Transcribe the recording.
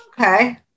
okay